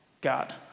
god